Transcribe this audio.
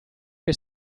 che